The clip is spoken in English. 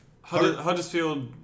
Huddersfield